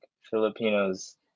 filipinos